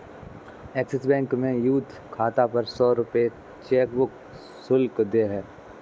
axis bank में youth खाता पर सौ रूपये चेकबुक शुल्क देय है